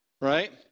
right